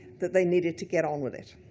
that they needed to get on with it.